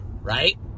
right